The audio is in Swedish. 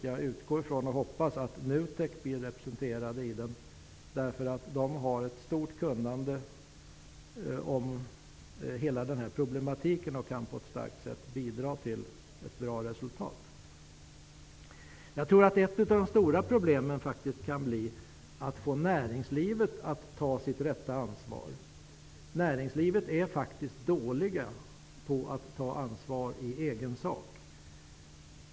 Jag utgår från och hoppas att NUTEK blir representerat i kommittén. NUTEK har ett stort kunnande om hela problematiken och kan på ett starkt sätt bidra till att det blir ett bra resultat. Ett av de stora problemen kan faktiskt bli att få näringslivet att ta sitt rätta ansvar. Inom näringslivet är man dålig på att ta ansvar i egen sak.